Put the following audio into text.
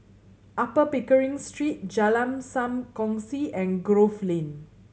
Upper Pickering Street Jalan Sam Kongsi and Grove Lane